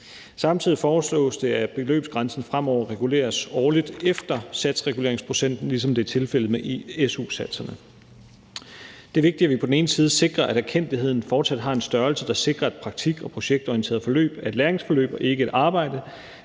Samtidig foreslås det, at beløbsgrænsen fremover reguleres årligt efter satsreguleringsprocenten, ligesom det er tilfældet med su-satserne. Det er vigtigt, at vi på den ene side sikrer, at erkendtligheden fortsat har en størrelse, der sikrer, at praktik- og projektorienterede forløb er læringsforløb og ikke et arbejde,